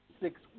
six